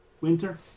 winter